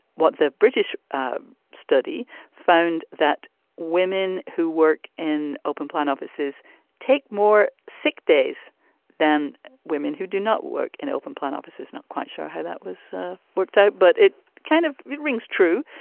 what the british study found that women who work in open plan offices take more sick days than women who do not work in open plan offices. not quite sure how that was worked out, but it kind of rings true.